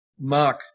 Mark